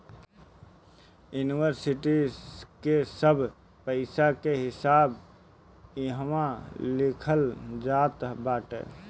इन्वरसिटी के सब पईसा के हिसाब इहवा लिखल जात बाटे